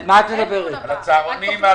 הצהרונים.